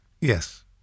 Yes